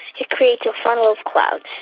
it creates a funnel of clouds.